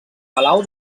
palau